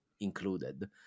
included